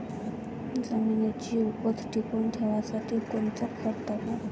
जमिनीची उपज टिकून ठेवासाठी कोनचं खत टाकू?